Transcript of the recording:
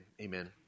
amen